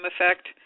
effect